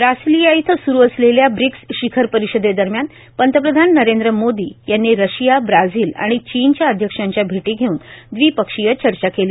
Brasilia इथं सुरु असलेल्या ब्रिक्स शिखर परिषदेदरम्यान पंतप्रधान नरेंद्र मोदी यांनी रशिया ब्राझील आणि चीनच्या अध्यक्षांच्या भेटी घेऊन दविपक्षीय चर्चा केली